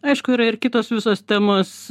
aišku yra ir kitos visos temos